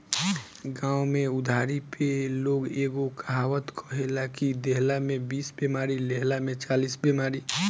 गांव में उधारी पे लोग एगो कहावत कहेला कि देहला में बीस बेमारी, लेहला में चालीस बेमारी